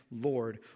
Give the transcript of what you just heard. Lord